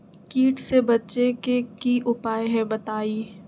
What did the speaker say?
कीट से बचे के की उपाय हैं बताई?